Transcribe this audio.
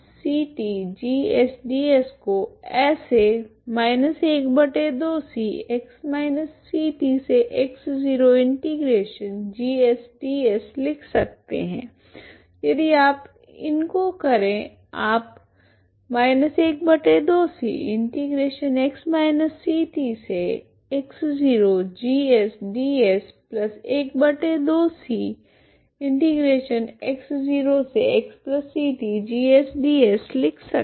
इस को ऐसे लिख सकते है यदि आप इन को करे आप लिख सकते है